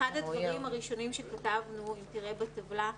אחד הדברים הראשונים שכתבנו ותראה בטבלה,